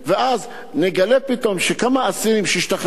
ואז נגלה פתאום שכמה אסירים שהשתחררו